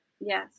Yes